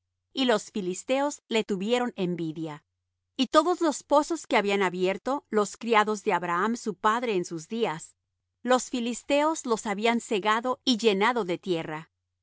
y los filisteos le tuvieron envidia y todos los pozos que habían abierto los criados de abraham su padre en sus días los filisteos los habían cegado y llenado de tierra y